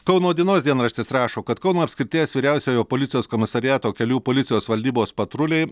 kauno dienos dienraštis rašo kad kauno apskrities vyriausiojo policijos komisariato kelių policijos valdybos patruliai